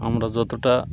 আমরা যতটা